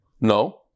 No